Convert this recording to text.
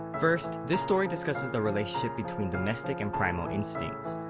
first, this story discusses the relationship between domestic and primal instincts.